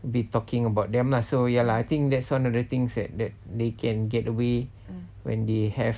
be talking about them not so ya lah I think that's one of the things that that they can get away when they have